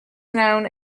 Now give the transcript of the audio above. known